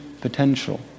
potential